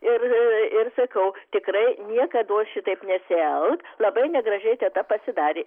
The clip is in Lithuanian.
ir ir sakau tikrai niekados šitaip nesielk labai negražiai teta pasidarė